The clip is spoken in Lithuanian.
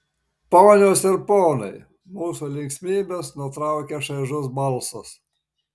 ponios ir ponai mūsų linksmybes nutraukia šaižus balsas